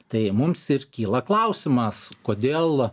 tai mums ir kyla klausimas kodėl